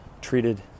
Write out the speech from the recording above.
treated